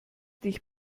dich